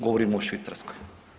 Govorim o Švicarskoj.